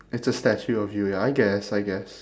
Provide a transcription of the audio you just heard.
it's a statue of you ya I guess I guess